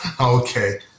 Okay